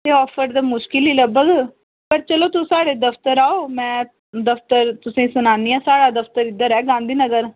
ते आफर ते मुश्कल ई लब्भग पर चलो तुस साढ़े दफ्तर आओ में दफ्तर तुसें ई सनान्ने आं साढ़ा दफ्तर इद्धर ऐ गांधीनगर